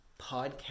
podcast